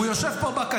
יש שר שיושב פה בקצה,